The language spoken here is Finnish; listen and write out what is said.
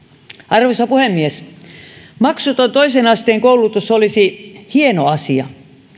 arvoisa puhemies maksuton toisen asteen koulutus olisi hieno asia